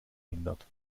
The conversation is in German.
hindert